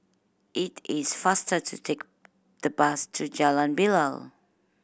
it is faster to take the bus to Jalan Bilal